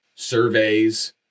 surveys